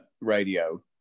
radio